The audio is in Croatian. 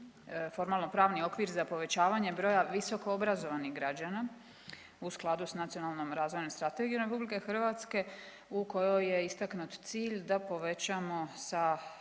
formalno-pravni okvir za povećavanje broja visoko obrazovanih građana u skladu sa Nacionalnom razvojnom strategijom Republike Hrvatske u kojoj je istaknut cilj da povećamo sa